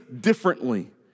differently